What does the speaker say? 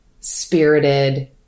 spirited